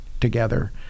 together